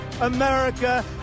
America